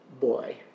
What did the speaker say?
boy